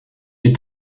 est